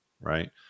right